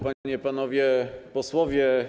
Panie i Panowie Posłowie!